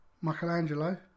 Michelangelo